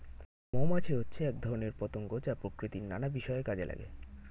মৌমাছি হচ্ছে এক ধরনের পতঙ্গ যা প্রকৃতির নানা বিষয়ে কাজে লাগে